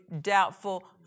doubtful